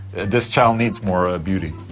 this channel needs more ah beauty.